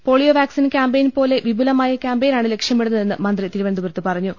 polio vaccine campaign പോലെ വിപുല മായ കൃാമ്പയിനാണ് ലക്ഷ്യമിടുന്നതെന്ന് മന്ത്രി തിരുവനന്ത പുരത്ത് പറഞ്ഞു